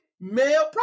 male